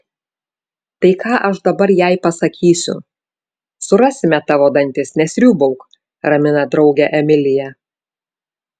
tai ką aš dabar jai pasakysiu surasime tavo dantis nesriūbauk ramina draugę emilija